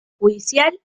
judicial